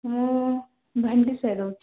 ମୁଁ ଭେଣ୍ଡିସାହିରେ ରହୁଛି